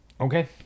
Okay